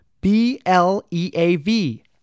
B-L-E-A-V